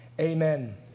Amen